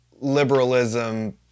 liberalism